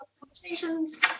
conversations